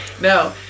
No